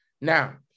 Now